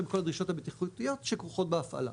בכל הדרישות הבטיחותיות שכרוכות בהפעלה.